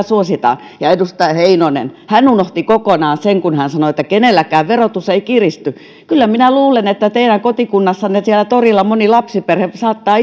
suositaan ja edustaja heinonen unohti kokonaan kun hän sanoi että kenelläkään verotus ei kiristy että kyllä minä luulen teidän kotikunnassanne siellä torilla moni lapsiperhe saattaa